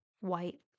white